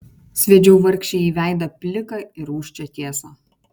sviedžiau vargšei į veidą pliką ir rūsčią tiesą